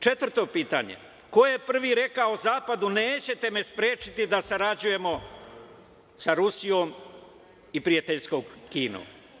Četvrto pitanje: ko je prvi rekao Zapadu - nećete me sprečiti da sarađujemo sa Rusijom i prijateljskom Kinom?